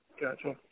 Gotcha